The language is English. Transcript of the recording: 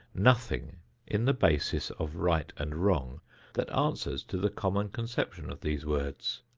nothing in the basis of right and wrong that answers to the common conception of these words?